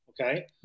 Okay